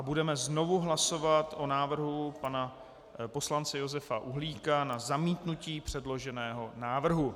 Budeme znovu hlasovat o návrhu pana poslance Josefa Uhlíka na zamítnutí předloženého návrhu.